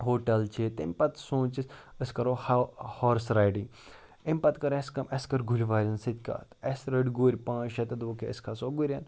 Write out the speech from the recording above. hotel چھِ تَمہِ پَتہٕ سونٛچ اَسہِ أسۍ کَرو ہَو ہارٕس رایڈِنٛگ اَمہِ پَتہٕ کٔر اَسہِ کٲم اَسہِ کٔر گُرۍ والٮ۪ن سۭتۍ کَتھ اَسہِ رٔٹۍ گُرۍ پانٛژھ شےٚ تہٕ دوٚپُکھ ہے أسۍ کھسو گُرٮ۪ن